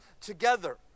together